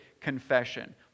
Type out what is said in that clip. confession